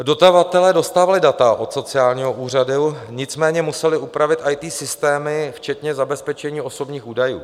Dodavatelé dostávali data od sociálního úřadu, nicméně museli upravit IT systémy včetně zabezpečení osobních údajů.